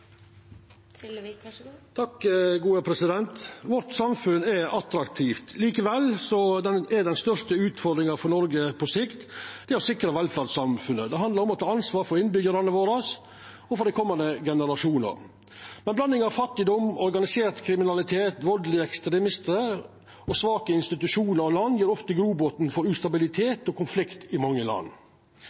attraktivt. Likevel er den største utfordringa for Noreg på sikt å sikra velferdssamfunnet. Det handlar om å ta ansvar for innbyggjarane våre og for dei komande generasjonane. Ei blanding av fattigdom, organisert kriminalitet, valdeleg ekstremisme og svake institusjonar og land gjev ofte grobotn for ustabilitet og konflikt i mange land.